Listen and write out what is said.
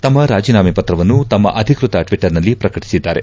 ತಮ್ಮ ರಾಜೀನಾಮೆ ಪತ್ರವನ್ನು ತಮ್ಮ ಅಧಿಕೃತ ಟ್ವೀಟರ್ನಲ್ಲಿ ಪ್ರಕಟಿಸಿದ್ದಾರೆ